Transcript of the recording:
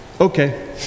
okay